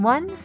One